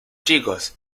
chicos